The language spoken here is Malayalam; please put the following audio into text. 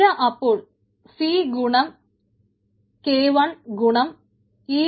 പിഴ അപ്പോൾ c